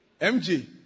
MG